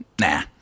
nah